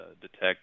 detect